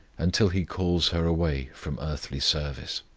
until he calls her away from earthly service.